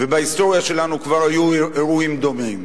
ובהיסטוריה שלנו כבר היו אירועים דומים.